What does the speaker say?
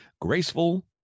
Graceful